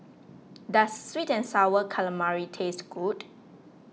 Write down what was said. does Sweet and Sour Calamari taste good